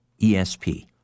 ESP